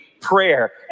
prayer